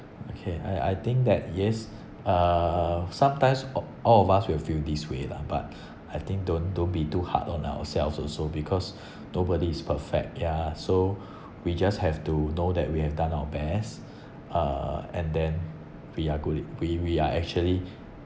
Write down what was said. okay I I think that yes uh sometimes all of us will feel this way lah but I think don't don't be too hard on ourselves also because nobody is perfect yeah so we just have to know that we have done our best uh and then we're good we we're actually